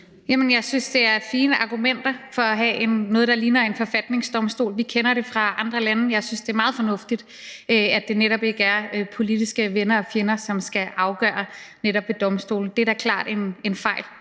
Jamen jeg synes, det er fine argumenter for at have noget, der ligner en forfatningsdomstol – vi kender det fra andre lande. Og jeg synes, det er meget fornuftigt, at det netop ikke er politiske venner og fjender, som skal afgøre det. Det er da klart en fejl